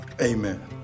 amen